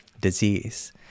disease